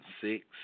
six